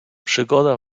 przygoda